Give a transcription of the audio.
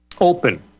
open